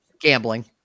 Gambling